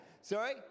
Sorry